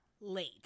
Late